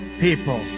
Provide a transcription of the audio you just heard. people